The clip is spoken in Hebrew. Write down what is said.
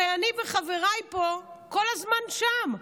הרי אני וחבריי פה כל הזמן שם.